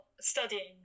studying